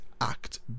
act